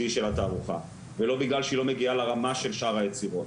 של התערוכה ולא בגלל שהיא לא מגיעה לרמה של שאר היצירות,